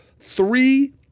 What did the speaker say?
Three